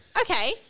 Okay